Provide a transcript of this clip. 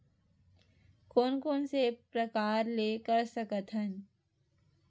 कोन कोन से प्रकार ले कर सकत हन?